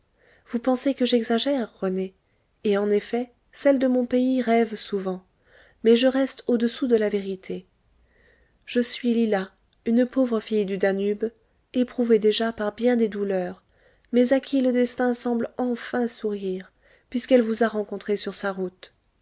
vous pensez que j'exagère rené et en effet celles de mon pays rêvent souvent mais je reste au-dessous de la vérité je suis lila une pauvre fille du danube éprouvée déjà par bien des douleurs mais à qui le destin semble enfin sourire puisqu'elle vous a rencontré sur sa route